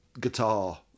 guitar